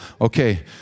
Okay